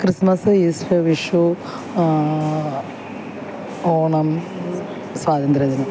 Christmas Easter Vishu Onam സ്വാതന്ത്ര്യദിനം